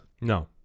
No